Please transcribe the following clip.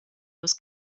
was